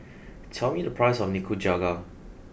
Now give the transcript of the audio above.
tell me the price of Nikujaga